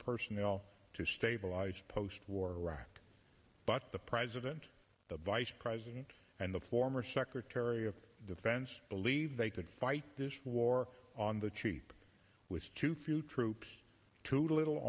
personnel to stabilize post war iraq but the president the vice president and the former secretary of defense believed they could fight this war on the cheap was too few troops to little